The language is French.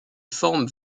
formes